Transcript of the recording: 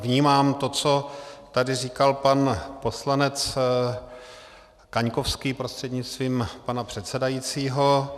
Vnímám to, co tady říkal pan poslanec Kaňkovský prostřednictvím pana předsedajícího.